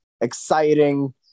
exciting